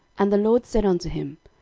and the lord said unto him,